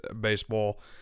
baseball